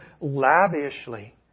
lavishly